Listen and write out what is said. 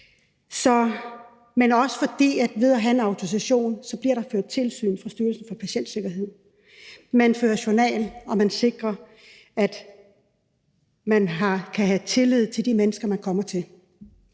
men også fordi der, ved at der er en autorisation, bliver ført tilsyn af Styrelsen for Patientsikkerhed. Man fører journal, og man sikrer, at man kan have tillid til de mennesker, som man kommer til.